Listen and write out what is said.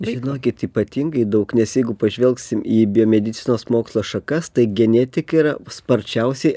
žinokit ypatingai daug nes jeigu pažvelgsim į biomedicinos mokslo šakas tai genetika yra sparčiausiai